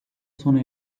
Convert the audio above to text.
sona